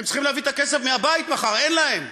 הם צריכים להביא את הכסף מהבית מחר, אין להם.